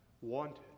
wanted